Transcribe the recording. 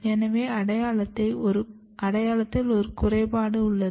எனவே அடையாளத்தில் ஒரு குறைபாடு உள்ளது